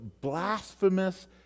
blasphemous